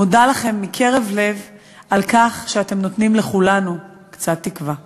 ומודה לכם מקרב לב על כך שאתם נותנים לכולנו קצת תקווה.